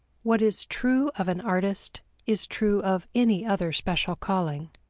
what is true of an artist is true of any other special calling.